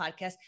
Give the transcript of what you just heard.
podcast